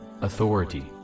authority